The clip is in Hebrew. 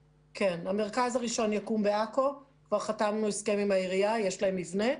המרכז הראשון יקום בעכו וכבר חתמנו הסכם עם העירייה שיש לה מבנה.